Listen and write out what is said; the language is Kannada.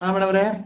ಹಾಂ ಮೇಡಮವ್ರೇ